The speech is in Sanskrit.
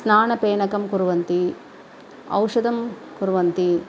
स्नानपेनकं कुर्वन्ति औषधं कुर्वन्ति